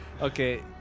Okay